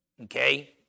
okay